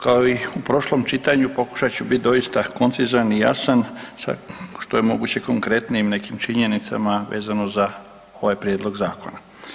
Kao i u prošlom čitanju pokušat ću bit doista koncizan i jasan sa što je moguće konkretnijim nekim činjenicama vezano za ovaj prijedlog zakona.